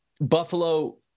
Buffalo